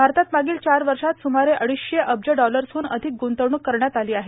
भारतात मागील चार वर्षात सुमारे अडीचशे अब्ज डॉलर्सहून अधिक गुंतवणूक करण्यात आली आहे